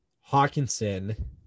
Hawkinson